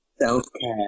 Self-care